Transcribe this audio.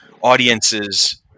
audiences